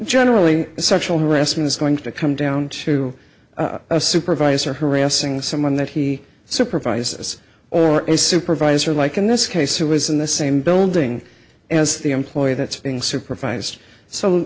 generally sexual harassment is going to come down to a supervisor harassing someone that he supervises or a supervisor like in this case who is in the same building as the employee that's being supervised so